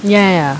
ya ya ya